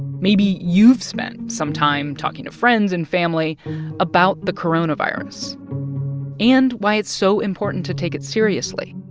maybe you've spent some time talking to friends and family about the coronavirus and why it's so important to take it seriously.